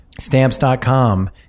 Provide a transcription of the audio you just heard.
Stamps.com